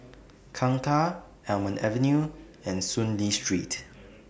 Kangkar Almond Avenue and Soon Lee Street